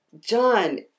John